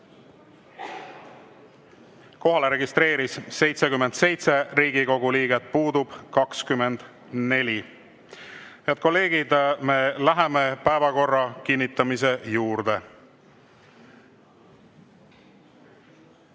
Kohalolijaks registreerus 77 Riigikogu liiget, puudub 24.Head kolleegid, me läheme päevakorra kinnitamise juurde.